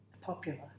popular